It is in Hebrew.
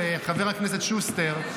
חבר הכנסת שוסטר,